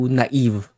naive